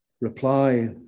reply